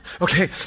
Okay